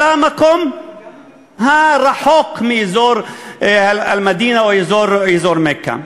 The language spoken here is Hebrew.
אלא המקום הרחוק מאזור אל-מדינה או אזור מכה.